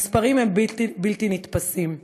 המספרים הם בלתי נתפסים.